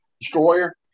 Destroyer